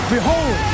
Behold